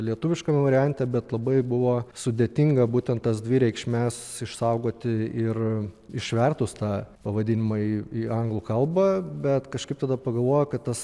lietuviškame variante bet labai buvo sudėtinga būtent tas dvi reikšmes išsaugoti ir išvertus tą pavadinimą į į anglų kalbą bet kažkaip tada pagalvojau kad tas